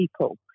people